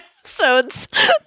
episodes